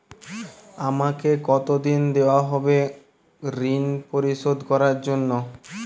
আমাকে কতদিন দেওয়া হবে ৠণ পরিশোধ করার জন্য?